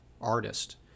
artist